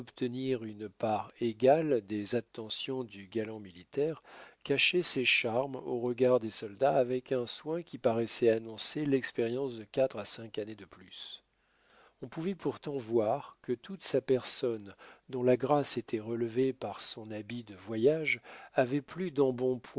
une part égale des attentions du galant militaire cachait ses charmes aux regards des soldats avec un soin qui paraissait annoncer l'expérience de quatre à cinq années de plus on pouvait pourtant voir que toute sa personne dont la grâce était relevée par son habit de voyage avait plus